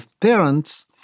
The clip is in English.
parents